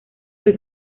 fue